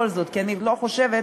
כי אני לא חושבת,